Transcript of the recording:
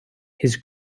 his